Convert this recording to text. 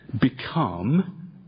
become